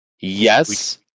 yes